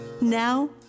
now